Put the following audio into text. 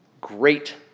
great